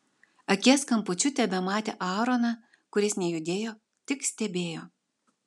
akies kampučiu tebematė aaroną kuris nejudėjo tik stebėjo